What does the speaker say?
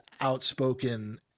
outspoken